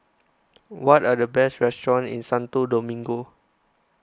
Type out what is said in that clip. what are the best restaurants in Santo Domingo